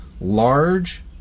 large